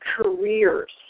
careers